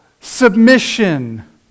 submission